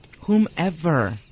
Whomever